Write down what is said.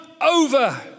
over